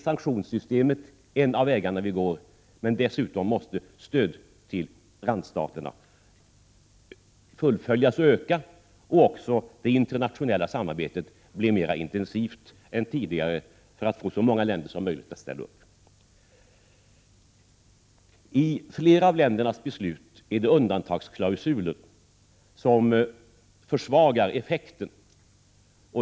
Sanktionssystemet är 4 en av vägarna. Dessutom måste stödet till grannstaterna fullföljas och öka och det internationella samarbetet bli mera intensivt än tidigare för att få så många länder som möjligt att ställa upp. I flera av ländernas beslut är det undantagsklausuler som försvagar effekten.